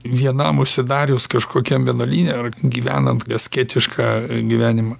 vienam užsidarius kažkokiam vienuolyne ar gyvenant asketišką gyvenimą